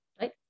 right